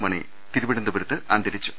മണി തിരുവനന്തപു രത്ത് അന്തരിച്ചു